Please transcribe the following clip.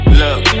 look